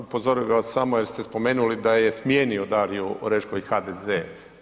Upozorio bih vas samo jer ste spomenuli da je smijenio Daliju Orešković HDZ-e.